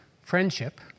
friendship